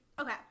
Okay